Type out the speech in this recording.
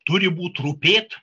turi būti rūpėti